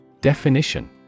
Definition